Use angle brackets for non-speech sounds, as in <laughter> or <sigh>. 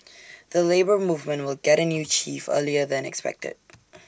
<noise> the Labour Movement will get A new chief earlier than expected